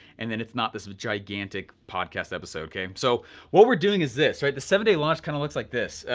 and then it's not this gigantic podcast episode, okay. so what we're doing is this, right, this seven day launch kinda looks like this.